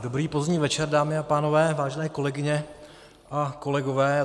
Dobrý pozdní večer, dámy a pánové, vážené kolegyně a kolegové.